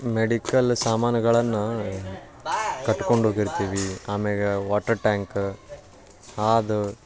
medical ಸಾಮಾನುಗಳನ್ನು ಕಟ್ಕೊಂಡು ಹೋಗಿರ್ತಿವಿ ಆಮ್ಯಾಲ ವಾಟರ್ ಟ್ಯಾಂಕ ಅದು